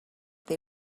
they